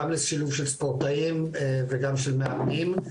גם לשילוב של ספורטאים וגם של מאמנים.